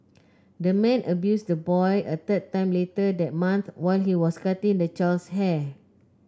the man abused the boy a third time later that month while he was cutting the child's hair